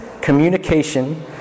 communication